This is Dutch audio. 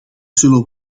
zullen